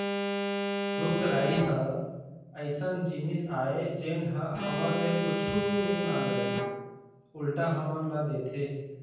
रूख राई ह अइसन जिनिस आय जेन ह हमर ले कुछु नइ मांगय उल्टा हमन ल देथे